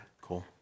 Cool